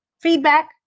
feedback